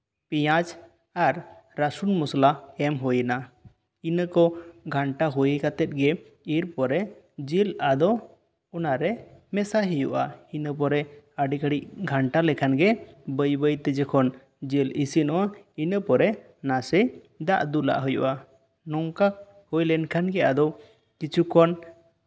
ᱯᱮᱸᱭᱟᱡᱽ ᱟᱨ ᱨᱟᱥᱩᱱ ᱢᱚᱥᱞᱟ ᱮᱢ ᱦᱩᱭᱱᱟ ᱤᱱᱟᱹ ᱠᱚ ᱜᱷᱟᱱᱴᱟ ᱦᱩᱭ ᱠᱟᱛᱮ ᱜᱮ ᱮᱨᱯᱚᱨᱮ ᱡᱤᱞ ᱟᱫᱚ ᱚᱱᱟ ᱨᱮ ᱢᱮᱥᱟᱭ ᱦᱩᱭᱩᱜᱼᱟ ᱤᱱᱟᱹᱯᱚᱨᱮ ᱟᱹᱰᱤ ᱜᱷᱟ ᱲᱤᱡ ᱜᱷᱟᱱᱴᱟ ᱞᱮᱠᱷᱟ ᱜᱮ ᱵᱟᱹᱭᱼᱵᱟᱹᱭ ᱛᱮ ᱡᱚᱠᱷᱚᱱ ᱡᱤᱞ ᱤᱥᱤᱱᱚᱜᱼᱟ ᱤᱱᱟᱹᱯᱚᱨᱮ ᱱᱟᱥᱮ ᱫᱟᱜ ᱫᱩᱞᱟᱜ ᱦᱩᱭᱩᱜᱼᱟ ᱱᱚᱝᱠᱟ ᱦᱩᱭᱞᱮᱱ ᱠᱷᱟᱱ ᱜᱮ ᱟᱫᱚ ᱠᱤᱪᱷᱩᱠᱷᱚᱱ